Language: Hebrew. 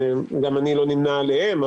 אני גם לא נמנה עליהם,